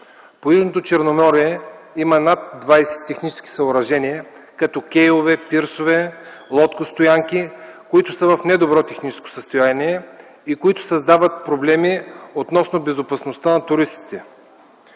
По южното Черноморие има над двадесет технически съоръжения като кейове, пирсове, лодкостоянки, които са в недобро техническо състояние и които създават проблеми относно безопасността на туристите.